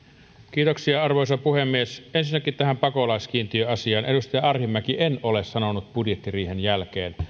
kiitoksia arvoisa puhemies ensinnäkin tähän pakolaiskiintiöasiaan edustaja arhinmäki en ole budjettiriihen jälkeen